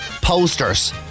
posters